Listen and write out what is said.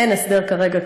אין הסדר כרגע,